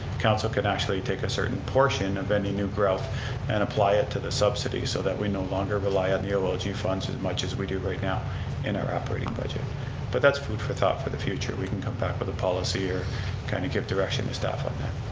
council can actually take a certain portion of any new growth and apply it to the subsidy so that we no longer rely on the ah olg funds as much as we do right now in our operating budget but that's food for thought for the future. we can come back with a policy or kind of give direction to staff on that.